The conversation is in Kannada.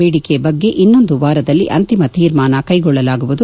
ಬೇಡಿಕೆ ಬಗ್ಗೆ ಇನ್ನೊಂದು ವಾರದಲ್ಲಿ ಅಂತಿಮ ತೀರ್ಮಾನ ಕೈಗೊಳ್ಳಲಾಗುವುದು